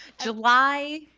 July